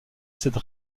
cette